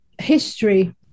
history